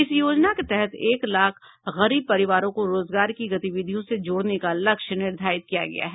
इस योजना के तहत एक लाख गरीब परिवारों को रोजगार की गतिविधियों से जोड़ने का लक्ष्य निर्धारित किया गया है